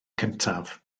cyntaf